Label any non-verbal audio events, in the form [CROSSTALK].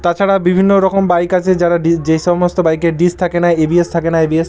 তাছাড়া বিভিন্ন রকম বাইক আছে যারা [UNINTELLIGIBLE] যেই সমস্ত বাইকের ডিস্ক থাকে এভিএস থাকে না এভিএস